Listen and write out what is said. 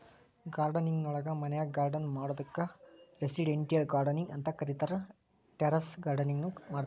gardening ನೊಳಗ ಮನ್ಯಾಗ್ garden ಮಾಡೋದಕ್ಕ್ ರೆಸಿಡೆಂಟಿಯಲ್ ಗಾರ್ಡನಿಂಗ್ ಅಂತ ಕರೇತಾರ, ಟೆರೇಸ್ ಗಾರ್ಡನಿಂಗ್ ನು ಮಾಡ್ತಾರ